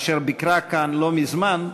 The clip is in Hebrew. אשר ביקרה כאן לא מזמן,